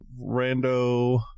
rando